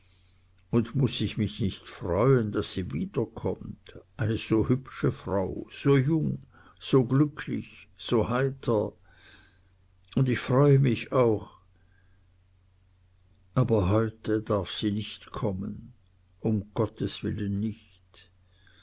und muß ich mich nicht freuen daß sie wiederkommt eine so hübsche frau so jung so glücklich so heiter und ich freue mich auch aber heute darf sie nicht kommen um gottes willen nicht